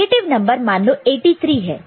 negative number मान लो 83 है